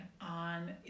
on